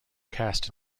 cast